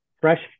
fresh